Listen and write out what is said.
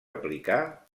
aplicar